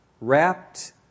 wrapped